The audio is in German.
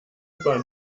bahn